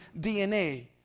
dna